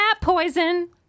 poison